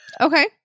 Okay